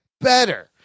better